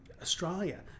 Australia